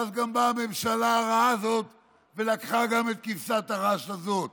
ואז גם באה הממשלה הרעה הזאת ולקחה גם את כבשת הרש הזאת